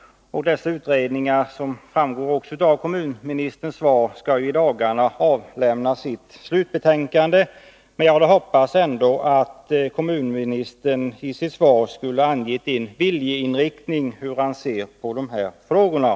Dessa utredningar skall, som framgår av kommunministerns svar, i dagarna avlämna sina slutbetänkanden, men jag hade hoppats att kommunministern i sitt svar ändå skulle ange en viljeinriktning, hur han ser Nr 48 på frågorna.